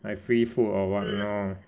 like free food or [what] lor